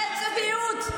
זו צביעות.